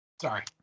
Sorry